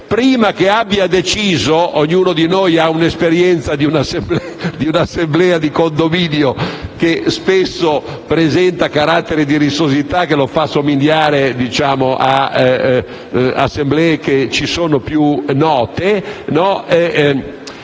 l'agevolazione - ognuno di noi ha un'esperienza di un'assemblea di condominio, che spesso presenta caratteri di rissosità che la fa somigliare ad assemblee che ci sono più note -